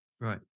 Right